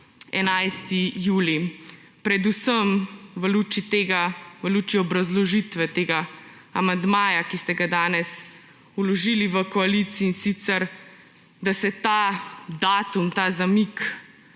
11. julij, predvsem v luči obrazložitve tega amandmaja, ki ste ga danes vložili v koaliciji, in sicer, da se ta datum, ta zamik